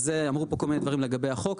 אמרו פה כל מיני דברים לגבי החוק.